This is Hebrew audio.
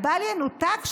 הבל-ינותק,